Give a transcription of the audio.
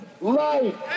Life